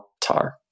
tar